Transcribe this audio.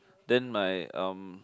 then my um